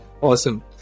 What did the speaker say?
awesome